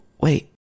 wait